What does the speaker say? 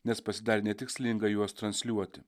nes pasidarė netikslinga juos transliuoti